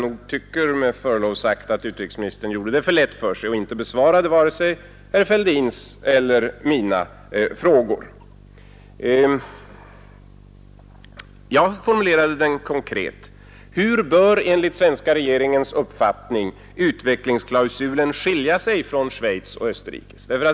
Därvidlag tyckte jag med förlov sagt att utrikesministern gjorde det för lätt för sig och inte besvarade vare sig herr Fälldins eller mina frågor. Jag formulerade mig konkret: Hur bör enligt den svenska regeringens uppfattning utvecklingsklausulen skilja sig från Schweiz och Österrikes?